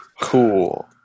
cool